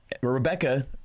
Rebecca